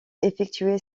effectuer